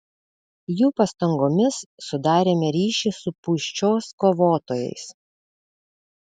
jų pastangomis sudarėme ryšį su pūščios kovotojais